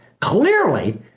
Clearly